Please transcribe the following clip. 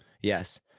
yes